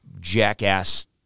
jackass